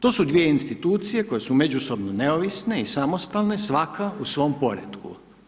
To su dvije institucije koje su međusobno neovisne i samostalne svaka u svom poretku.